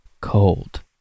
cold